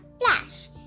flash